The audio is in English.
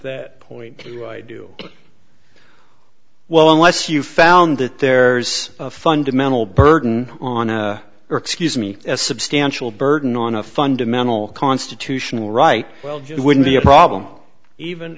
that point do i do well unless you found that there's a fundamental burden on earth excuse me a substantial burden on a fundamental constitutional right well just wouldn't be a problem even